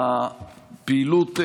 הפעילות,